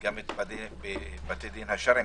גם את בתי הדין השרעיים?